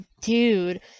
dude